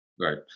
Right